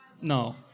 No